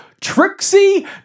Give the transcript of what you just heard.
Trixie